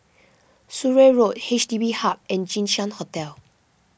Surrey Road H D B Hub and Jinshan Hotel